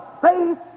faith